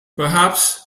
perhaps